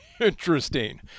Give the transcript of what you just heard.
Interesting